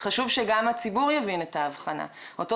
אבל חשוב שגם הציבור יבין את ההבחנה אותו